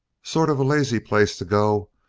sort of a lazy place to go,